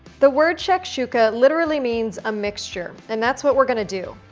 the word shakshuka literally means a mixture. and that's what we're gonna do.